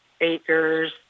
acres